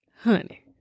Honey